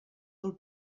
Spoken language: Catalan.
del